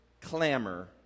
clamor